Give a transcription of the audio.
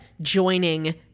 joining